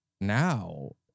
now